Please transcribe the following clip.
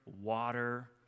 water